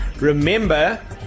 remember